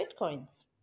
bitcoins